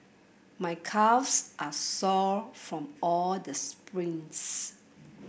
my calves are sore from all the sprints